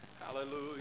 Hallelujah